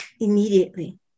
immediately